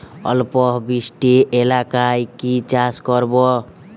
অল্প বৃষ্টি এলাকায় কি চাষ করব?